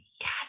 Yes